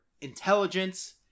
intelligence